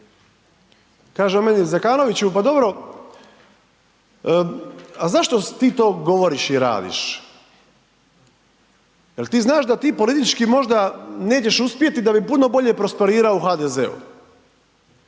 kaže on meni Zekanoviću, pa dobro a zašto ti to govoriš i radiš, jel ti znaš da ti politički možda nećeš uspjeti da bi puno bolje prosperirao u HDZ-u